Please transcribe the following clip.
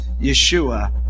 Yeshua